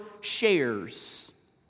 shares